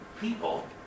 people